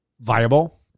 viable